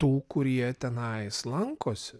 tų kurie tenais lankosi